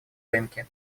рынки